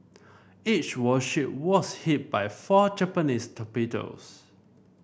each warship was hit by four Japanese torpedoes